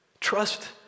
Trust